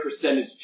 percentage